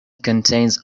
contains